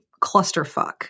clusterfuck